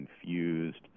confused